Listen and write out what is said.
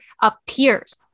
appears